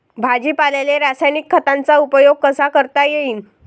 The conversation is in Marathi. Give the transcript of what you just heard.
भाजीपाल्याले रासायनिक खतांचा उपयोग कसा करता येईन?